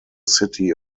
city